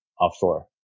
offshore